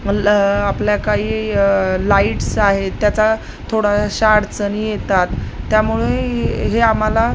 म आपल्या काही लाईट्स आहेत त्याचा थोडाशा अडचणी येतात त्यामुळे हे आम्हाला